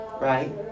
right